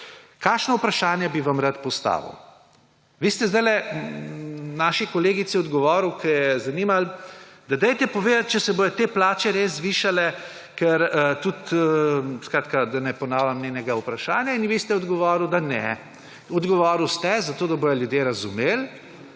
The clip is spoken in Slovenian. Kakšna vprašanja bi vam rad postavil? Vi ste zdajle naši kolegici odgovorili, ki jo je zanimalo, da dajte povedati, če se bodo te plače res zvišale, ker tudi, skratka, da ne ponavljam njenega vprašanja. In vi ste odgovorili, da ne. Odgovorili ste, zato da bodo ljudje razumeli,